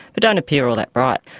but don't appear all that bright.